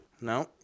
no